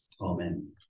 Amen